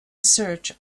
search